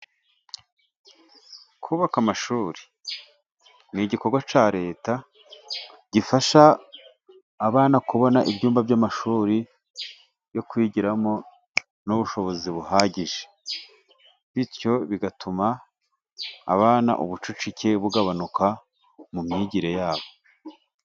Kubaka amashuri ni igikorwa cya leta gifasha abana kubona ibyumba by'amashuri yo kwigiramo n'ubushobozi buhagije .Bityo bigatuma abana ubucucike bugabanuka mu myigire yabo.